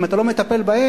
אם אתה לא מטפל בהם,